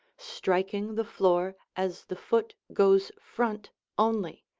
striking the floor as the foot goes front only,